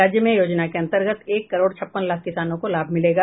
राज्य में योजना के अंतर्गत एक करोड़ छप्पन लाख किसानों को लाभ मिलेगा